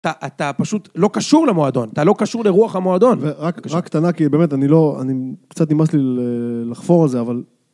אתה פשוט לא קשור למועדון, אתה לא קשור לרוח המועדון. רק קטנה, כי באמת אני לא... אני קצת נמאס לי לחפור על זה, אבל...